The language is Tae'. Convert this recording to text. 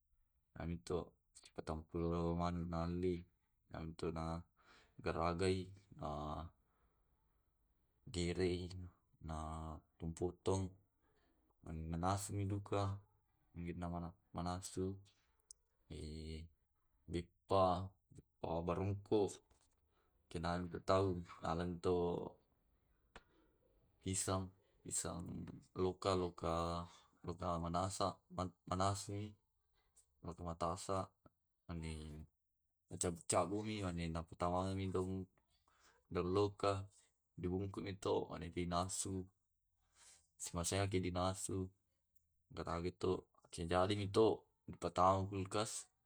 amito sipatampulo manu nalli nantona garagai nah eh gerei natumpu tong nanasui duka angkinna manasu. Ehh beppa beppa barongko kenane tau nalani to pisang, pisang loka loka loka manasa manasmi. atu matasa ami nacabu cabumi dallokang ribungkumi to mina pinasu masehaki dinasu garagai to, kejadimi to dipatamani ke kulkas.